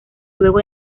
luego